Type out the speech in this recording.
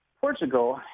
Portugal